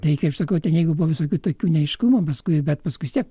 tai kaip sakau ten jeigu buvo visokių tokių neaiškumų paskui bet paskui vis tiek